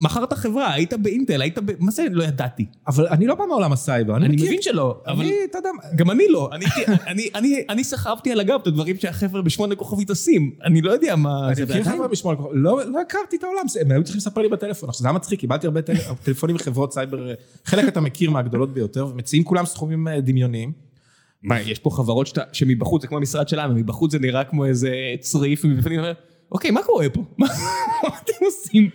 מכרת חברה היית באינטל היית ב... מה זה לא ידעתי אבל אני לא בא מעולם הסייבר אני מבין שלא אבל גם אני לא אני אני אני סחבתי על הגב את הדברים שהחברה בשמונה כוכבית עושים אני לא יודע מה זה באמת לא הכרתי את העולם זה מה שצריך לספר לי בטלפון זה מצחיק קיבלתי הרבה טלפונים חברות סייבר חלק אתה מכיר מהגדולות ביותר ומציעים כולם סכומים דמיוניים. יש פה חברות שמבחוץ כמו משרד שלנו מבחוץ זה נראה כמו איזה צריף ומבפנים אני אומר אוקיי מה קורה פה.